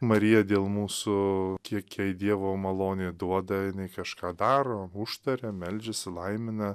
marija dėl mūsų kiek jai dievo malonė duoda kažką daro užtaria meldžiasi laimina